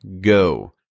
Go